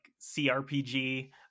CRPG